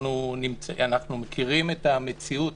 אנחנו מכירים את המציאות